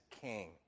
king